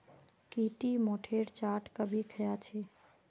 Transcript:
की टी मोठेर चाट कभी ख़या छि